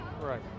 Right